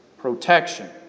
protection